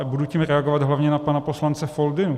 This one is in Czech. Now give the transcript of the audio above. Budu tím reagovat hlavně na pana poslance Foldynu.